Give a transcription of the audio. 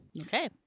Okay